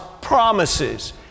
promises